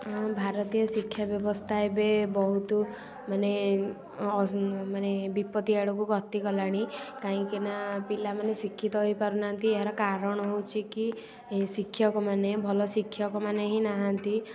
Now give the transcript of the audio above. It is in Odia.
ଆମ ଭାରତୀୟ ଶିକ୍ଷା ବ୍ୟବସ୍ଥା ଏବେ ବହୁତ ମାନେ ମାନେ ବିପତ୍ତି ଆଡ଼କୁ ଗତି କଲାଣି କାହିଁକି ନା ପିଲାମାନେ ଶିକ୍ଷିତ ହେଇପାରୁନାହାଁନ୍ତି ଏହାର କାରଣ ହେଉଛି କି ଶିକ୍ଷକମାନେ ଭଲ ଶିକ୍ଷକମାନେ ହିଁ ନାହାଁନ୍ତି